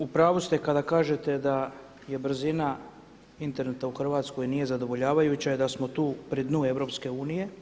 U pravu ste kada kažete da je brzina interneta u Hrvatskoj nije zadovoljavajuća i da smo tu pri dnu EU.